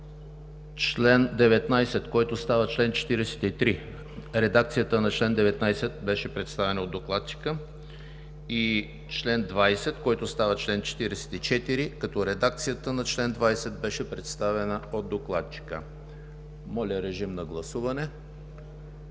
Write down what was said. член 19, който става чл. 43 – редакцията на чл. 19 беше представена от докладчика; и чл. 20, който става чл. 44, като редакцията на чл. 20 беше представена от докладчика. Моля, гласувайте.